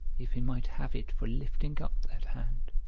if he might have it for lifting up that hand.